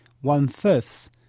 one-fifth